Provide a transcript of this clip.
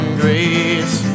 grace